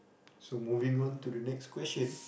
so moving on to the next question